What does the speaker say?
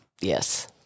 Yes